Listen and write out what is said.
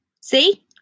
See